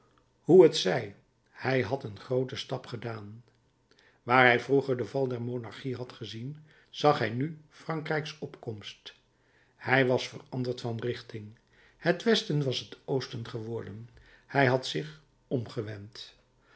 hoe het zij hij had een grooten stap gedaan waar hij vroeger den val der monarchie had gezien zag hij nu frankrijks opkomst hij was veranderd van richting het westen was het oosten geworden hij had zich omgewend